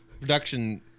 production